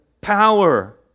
power